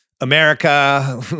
America